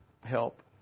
help